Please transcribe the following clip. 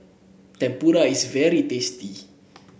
tempura is very tasty